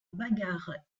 bagarre